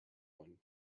one